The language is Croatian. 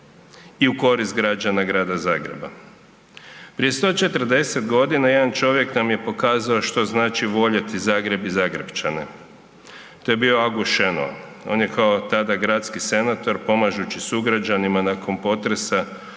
i u korist građana Grada Zagreba. Prije 140 godina jedan čovjek nam je pokazao što znači voljeti Zagreb i Zagrepčane, to je bio August Šenoa, on je tada kao gradski senator pomažući sugrađanima nakon potresa